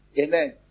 Amen